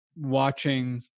watching